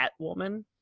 Catwoman